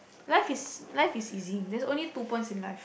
life is life is easy there's only two points in life